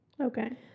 Okay